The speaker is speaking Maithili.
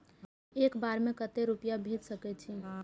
एक बार में केते रूपया भेज सके छी?